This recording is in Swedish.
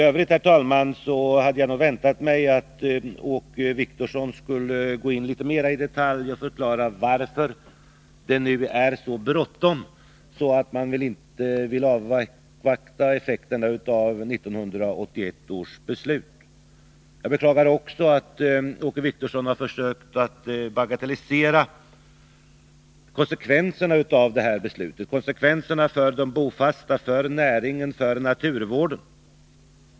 Iövrigt, herr talman, hade jag nog väntat mig att Åke Wictorsson skulle gå in litet mera i detalj och förklara varför det nu är så bråttom, att man inte vill avvakta effekterna av 1981 års beslut. Vidare beklagar jag att Åke Wictorsson har försökt att bagatellisera konsekvenserna av det här beslutet. Det gäller konsekvenserna för de bofasta, för näringen och för naturvården.